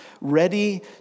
ready